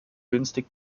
günstig